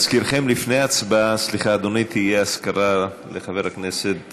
להזכירכם, לפני ההצבעה תהיה אזכרה לחבר הכנסת